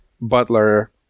butler